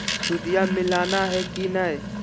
सुदिया मिलाना की नय?